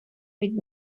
від